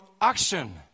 action